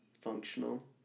functional